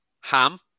ham